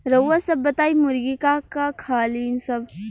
रउआ सभ बताई मुर्गी का का खालीन सब?